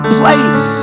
place